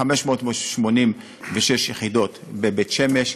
586 יחידות בבית-שמש,